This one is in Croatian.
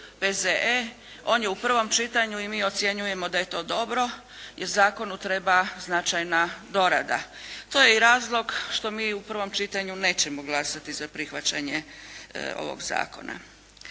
P.Z.E. on je u prvom čitanju i mi ocjenjujemo da je to dobro, jer zakonu treba značajna dorada. To je i razlog što mi u prvom čitanju nećemo glasati za prihvaćanje ovog zakona.